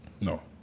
No